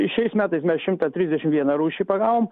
šiais metais mes šimtą trisdešim vieną rūšį pagavom